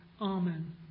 Amen